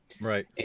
Right